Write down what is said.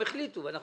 מה